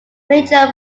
major